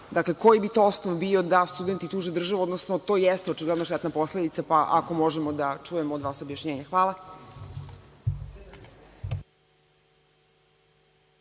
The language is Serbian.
Dakle, koji bi to osnov bio da studenti tuže državu, odnosno to jeste očigledno štetna posledica, pa ako možemo da čujemo od vas objašnjenje? Hvala.